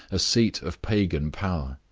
a seat of pagan power.